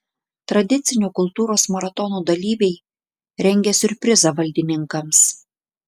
tradicinio kultūros maratono dalyviai rengia siurprizą valdininkams